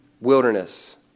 wilderness